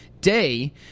day